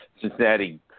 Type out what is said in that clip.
Cincinnati